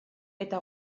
eta